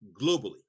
globally